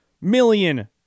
million